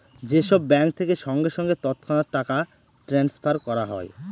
যে সব ব্যাঙ্ক থেকে সঙ্গে সঙ্গে তৎক্ষণাৎ টাকা ট্রাস্নফার করা হয়